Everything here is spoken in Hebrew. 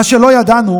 מה שלא ידענו